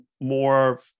more